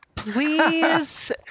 Please